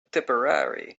tipperary